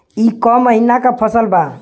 ई क महिना क फसल बा?